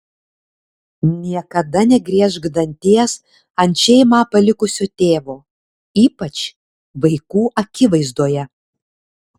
niekada negriežk danties ant šeimą palikusio tėvo ypač vaikų akivaizdoje